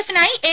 എഫിനായി A